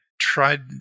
tried